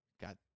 got